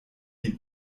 die